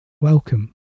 welcome